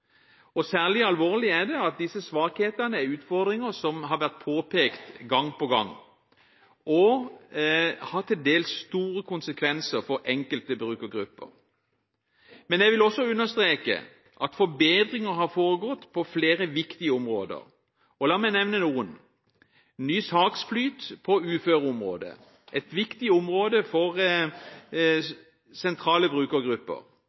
Særlig alvorlig er det at disse svakhetene er utfordringer som har vært påpekt gang på gang, og at de har til dels store konsekvenser for enkelte brukergrupper. Men jeg vil også understreke at forbedringer har foregått på flere viktige områder. La meg nevne noen: For det første: Ny saksflyt på uføreområdet. Det er et viktig område for sentrale brukergrupper.